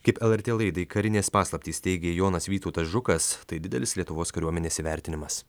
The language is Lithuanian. kaip lrt laidai karinės paslaptys teigė jonas vytautas žukas tai didelis lietuvos kariuomenės įvertinimas